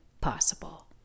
possible